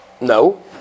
No